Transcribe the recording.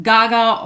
Gaga